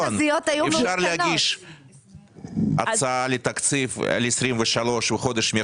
אפשר להגיש הצעה לתקציב על 23' בחודש מרץ